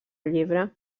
llebre